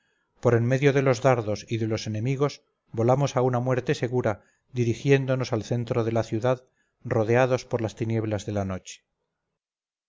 por en medio de los dardos y de los enemigos volamos a una muerte segura dirigiéndonos al centro de la ciudad rodeados por las tinieblas de la noche